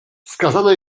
skazana